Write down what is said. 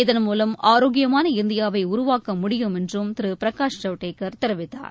இதன்மூலம் ஆரோக்கியமான இந்தியாவை உருவாக்க முடியும் என்றும் திரு பிரகாஷ் ஜவ்டேகர் தெரிவித்தார்